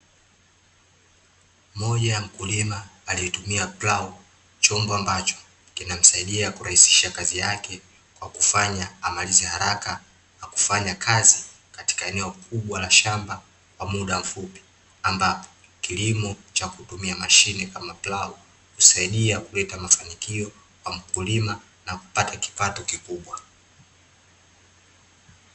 Moja ya mkulima aliyetumia plau, chombo ambacho , kinamsaidia kurahisisha kazi yake, kwa kufanya amalize haraka, na kufanya kazi katika eneo kubwa la shamba kwa muda mfupi, ambapo kilimo cha kutumia mashine kama plau, husaidia kuleta mafanikio kwa mkulima , na kupata kipato kikubwa.